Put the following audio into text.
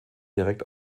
direkt